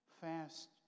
fast